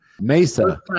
Mesa